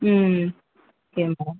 ம் hmm okay